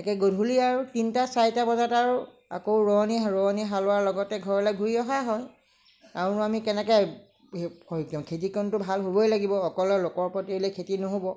একে গধূলি আৰু তিনিটা চাৰিটা বজাত আৰু আকৌ ৰোৱনী ৰোৱনী হালোৱাৰ লগতে ঘৰলৈ ঘূৰি অহা হয় আৰুনো আমি কেনেকৈ হেৰি কৰিম খেতিকণতো ভাল হ'বই লাগিব অকল লোকৰ ওপৰত এৰিলে খেতি নহ'ব